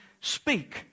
speak